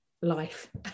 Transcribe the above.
life